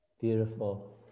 beautiful